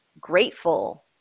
grateful